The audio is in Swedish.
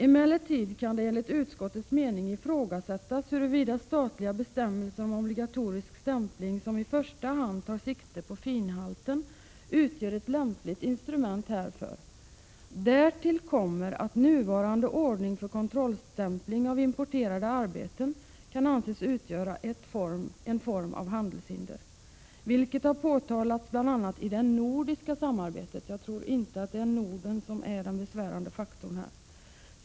”Emellertid kan det enligt utskottets mening ifrågasättas huruvida statliga bestämmelser om obligatorisk stämpling, som i första hand tar sikte på finhalten, utgör ett lämpligt instrument härför. Därtill kommer att nuvarande ordning för kontrollstämpling av importerade arbeten kan anses utgöra en form av handelshinder, vilket har påtalats bl.a. i det nordiska samarbetet.” — Jag tror inte att det är Norden som är den besvärande faktorn här.